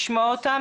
לשמוע אותם.